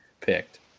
picked